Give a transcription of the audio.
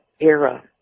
era